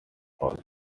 house